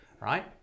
Right